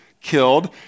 killed